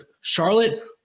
Charlotte